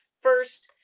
First